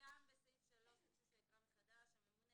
--- יש --- בסעיף 7(ב)(3) יש משהו שנקרא מחדש: "הממונה